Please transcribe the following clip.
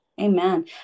Amen